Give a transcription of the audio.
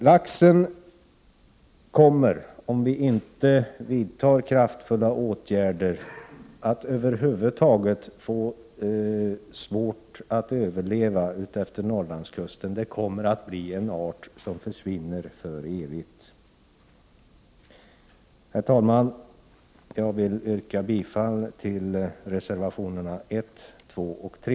Laxen kommer att få svårt att överleva utefter Norrlandskusten, om vi inte vidtar kraftfulla åtgärder. Arten kommer att försvinna för evigt. Herr talman! Jag vill yrka bifall till reservationerna 1, 2 och 3.